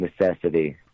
necessity